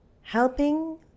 Helping